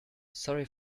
sorry